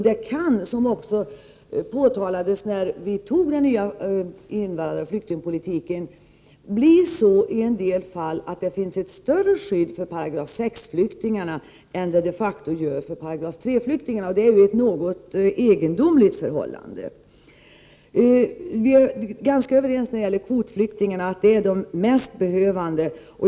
Detta kan leda till, vilket påtalades när vi fattade beslut om den nya flyktingpolitiken, att § 6-flyktingarna får större skydd än § 3-flyktingarna. Det är ett något egendomligt förhållande. Vi är ganska överens om att det är kvotflyktingarna som är de mest behövande.